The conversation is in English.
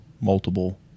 multiple